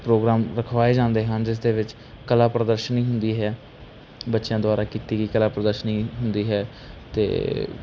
programme ਰਖਵਾਏ ਜਾਂਦੇ ਹਨ ਜਿਸਦੇ ਵਿੱਚ ਕਲਾ ਪ੍ਰਦਰਸ਼ਨੀ ਹੁੰਦੀ ਹੈ ਬੱਚਿਆਂ ਦੁਆਰਾ ਕੀਤੀ ਗਈ ਕਲਾ ਪ੍ਰਦਰਸ਼ਨੀ ਹੁੰਦੀ ਹੈ ਅਤੇ